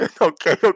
okay